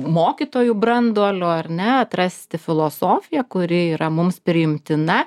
mokytojų branduoliu ar ne atrasti filosofiją kuri yra mums priimtina